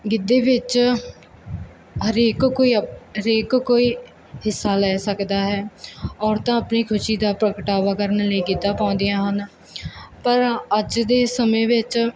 ਗਿੱਧੇ ਵਿੱਚ ਹਰੇਕ ਕੋਈ ਅ ਹਰੇਕ ਕੋਈ ਹਿੱਸਾ ਲੈ ਸਕਦਾ ਹੈ ਔਰਤਾਂ ਆਪਣੀ ਖੁਸ਼ੀ ਦਾ ਪ੍ਰਗਟਾਵਾ ਕਰਨ ਲਈ ਗਿੱਧਾ ਪਾਉਂਦੀਆਂ ਹਨ ਪਰ ਅੱਜ ਦੇ ਸਮੇਂ ਵਿੱਚ